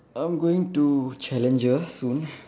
I'm going to Challenger soon